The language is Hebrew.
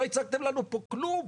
לא הצגתם לנו פה כלום.